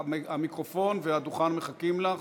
המיקרופון והדוכן מחכים לך.